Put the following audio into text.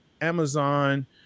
Amazon